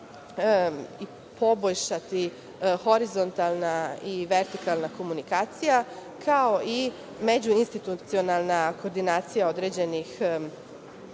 i poboljšati horizontalna i vertikalna komunikacija, kao i međuinstitucionalna koordinacija određenih institucija,